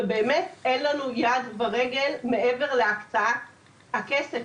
אין לנו יד ורגל מעבר להקצאת הכסף.